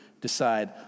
decide